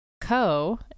Co